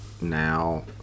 now